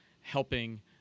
helping